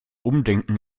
umdenken